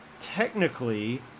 technically